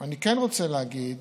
אני כן רוצה להגיד